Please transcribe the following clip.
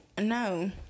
no